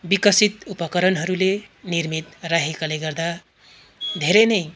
विकसित उपकरणहरूले निर्मित राखेकोले गर्दा धेरै नै